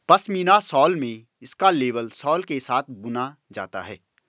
pashmina shawl में इसका label सोल के साथ बुना जाता है